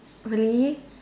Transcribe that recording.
really